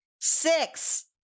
Six